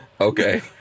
okay